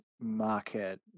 market